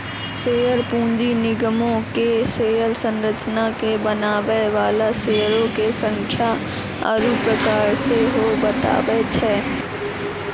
share पूंजी निगमो के शेयर संरचना के बनाबै बाला शेयरो के संख्या आरु प्रकार सेहो बताबै छै